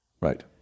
Right